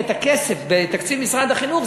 הכסף בתקציב משרד החינוך,